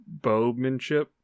bowmanship